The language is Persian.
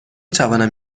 توانم